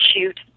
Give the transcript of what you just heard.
shoot